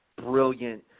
brilliant